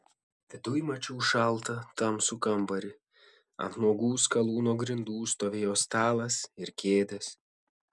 viduj mačiau šaltą tamsų kambarį ant nuogų skalūno grindų stovėjo stalas ir kėdės